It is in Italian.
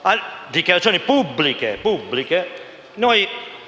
non ci siamo